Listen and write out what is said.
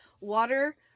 water